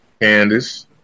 Candice